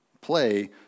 play